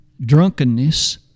drunkenness